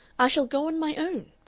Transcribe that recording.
i shall go on my own.